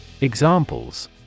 Examples